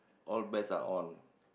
all bets are on